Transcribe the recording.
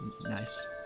Nice